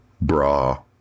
bra